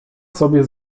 sobie